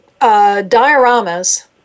dioramas